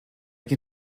can